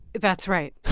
that's right